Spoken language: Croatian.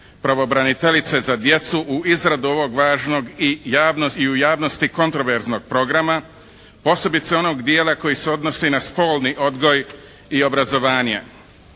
pravobraniteljice za djecu u izradi ovog važnog i u javnosti kontroverznog programa posebice onog dijela koji se odnosi na spolni odgoj i obrazovanje.